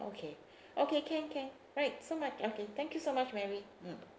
okay okay can can right so much okay thank you so much mary mm